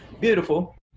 beautiful